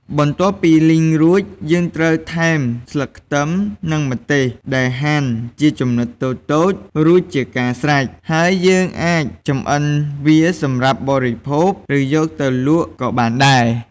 បន្ទាប់ពីលីងរួច យើងត្រូវថែមស្លឹកខ្ទឹម និងម្ទេសដែលហាន់ជាចំណិតតូចៗរួចជាការស្រេច ហើយយើងអាចចម្អិនវាសម្រាប់បរិភោគ ឬយកទៅលក់ក៏បានដែរ។